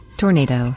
tornado